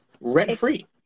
rent-free